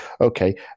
Okay